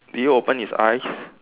did it open his eyes